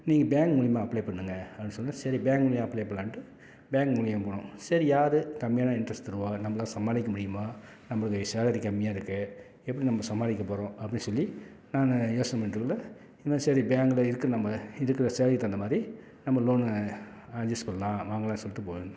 நீங்கள் பேங்க் மூலிமா அப்ளே பண்ணுங்கள் அப்படின்னு சொன்னார் சரி பேங்க் மூலிமா அப்ளே பண்ணலான்ட்டு பேங்க் மூலிமா போனோம் சரி யார் கம்மியான இன்ட்ரெஸ்ட் தருவார் நம்மளால சமாளிக்க முடியுமா நம்மளுக்கு சேலரி கம்மியாக இருக்குது எப்படி நம்ம சமாளிக்க போகிறோம் அப்படின்னு சொல்லி நான் யோசனை பண்ணிவிட்டு இருக்கக்குள்ளே இருந்தாலும் சரி பேங்க்கில் இருக்குது நம்ம இதுக்கு சேலரிக்கு தகுந்த மாதிரி நம்ம லோனு அட்ஜஸ் பண்ணலாம் வாங்கலாம்ன்னு சொல்லிட்டு போய்ருந்தோம்